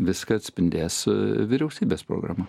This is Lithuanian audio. viską atspindės vyriausybės programa